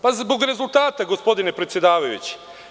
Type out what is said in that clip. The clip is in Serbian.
Pa, zbog rezultata, gospodine predsedavajući.